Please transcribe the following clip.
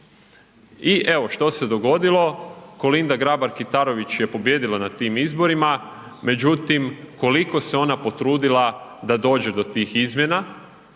I evo, što se dogodilo? Kolinda Grabar Kitarović je pobijedila na tim izborima, međutim, koliko se ona potrudila da dođe do tih izmjena?